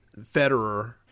Federer